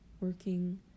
working